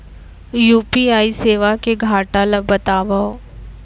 UPI सेवा के घाटा ल बतावव?